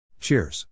Cheers